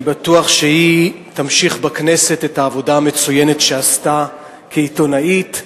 אני בטוח שהיא תמשיך בכנסת את העבודה המצוינת שעשתה כעיתונאית,